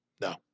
No